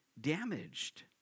damaged